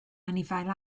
anifail